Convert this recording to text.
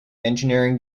engineering